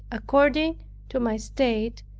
according to my state,